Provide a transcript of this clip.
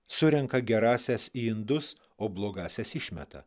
surenka gerąsias indus o blogąsias išmeta